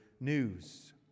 news